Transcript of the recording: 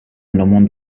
nomon